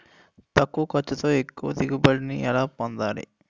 తక్కువ ఖర్చుతో ఎక్కువ దిగుబడి ని ఎలా పొందాలీ?